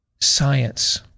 science